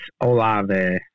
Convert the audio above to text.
Olave